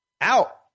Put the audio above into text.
out